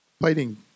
fighting